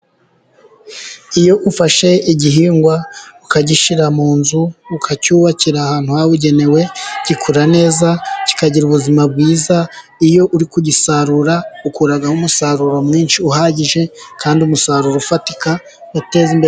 Iyo ufashe igihingwa ukagishira mu nzu ukacyubakira ahantu habugenewe, gikura neza, kikagira ubuzima bwiza. Iyo uri kugisarura ukuramo umusaruro mwinshi uhagije, kandi umusaruro ufatika uteza imbere...